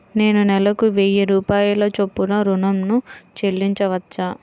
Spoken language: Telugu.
నేను నెలకు వెయ్యి రూపాయల చొప్పున ఋణం ను చెల్లించవచ్చా?